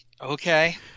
okay